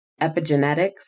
epigenetics